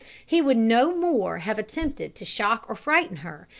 he would no more have attempted to shock or frighten her,